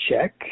check